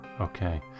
okay